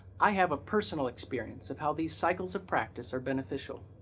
i have a personal experience of how these cycles of practice are beneficial.